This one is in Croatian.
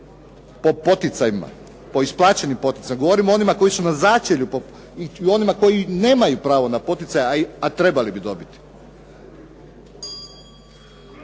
po poticajima, po isplaćenim poticajima, govorim o onima koji su na začelju i onima koji nemaju pravo na poticaje, a trebali bi dobiti.